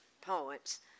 poets